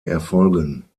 erfolgen